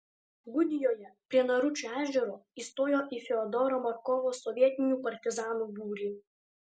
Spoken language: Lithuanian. gudijoje prie naručio ežero įstojo į fiodoro markovo sovietinių partizanų būrį